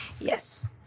Yes